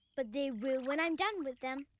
but they will when i'm done with them.